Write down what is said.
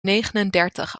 negenendertig